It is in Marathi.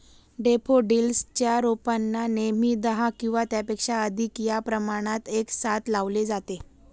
डैफोडिल्स च्या रोपांना नेहमी दहा किंवा त्यापेक्षा अधिक या प्रमाणात एकसाथ लावले जाते